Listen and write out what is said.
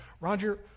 Roger